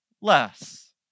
less